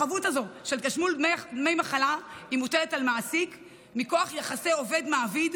החבות הזו של תשלום דמי מחלה מוטלת על מעסיק מכוח יחסי עובד מעביד,